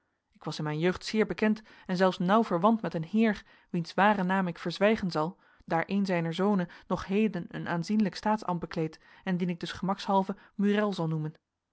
ik was in mijn jeugd zeer bekend en zelfs nauw verwant met een heer wiens waren naam ik verzwijgen zal daar een zijner zonen nog heden een aanzienlijk staatsambt bekleedt en dien ik dus gemakshalve murél zal noemen